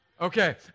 Okay